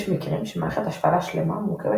יש מקרים שמערכת הפעלה שלמה מורכבת